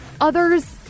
others